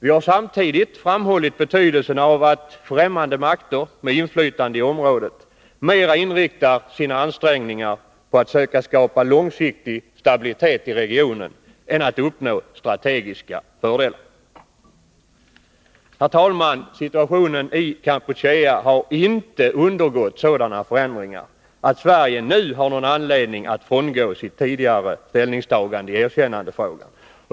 Vi har samtidigt framhållit betydelsen av att främmande makter med inflytande i området inriktar sina ansträngningar mera på att försöka skapa långsiktig stabilitet i regionen än på att uppnå strategiska fördelar. Herr talman! Situationen i Kampuchea har inte undergått sådana förändringar att Sverige nu har någon anledning att frångå sitt tidigare ställningstagande i FN.